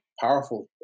powerful